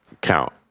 count